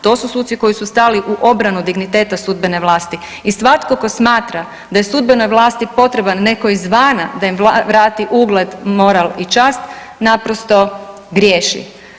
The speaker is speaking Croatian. To su suci koji su stali u obranu digniteta sudbene vlasti i svatko tko smatra da je sudbenoj vlasti potreban neko izvana da im vrati ugled, moral i čast naprosto griješi.